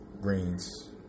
greens